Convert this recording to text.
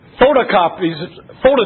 photocopies